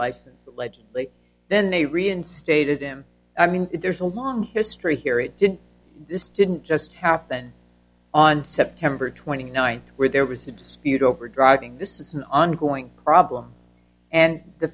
license allegedly then they reinstated him i mean there's a long history here it didn't this didn't just happen on september twenty ninth where there was a dispute over driving this is an ongoing problem and the